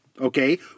Okay